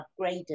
upgraded